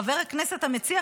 חבר הכנסת המציע,